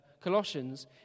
Colossians